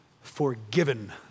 forgiven